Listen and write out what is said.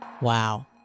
Wow